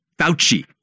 Fauci